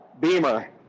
Beamer